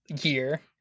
year